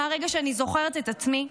מהרגע שאני זוכרת את עצמי,